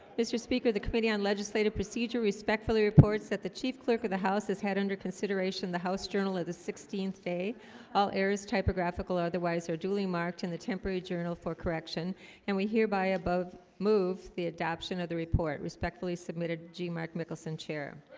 mr. speaker the committee on legislative procedure respectfully reports that the chief clerk of the house has had under consideration the house journal of the sixteenth day all errors typographical otherwise are duly marked in the temporary journal for correction and we hereby above move the adoption of the report respectfully submitted jean-marc mickelson chair